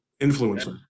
influencer